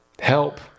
Help